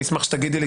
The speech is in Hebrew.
אני אשמח שתגידי לי,